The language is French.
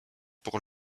pour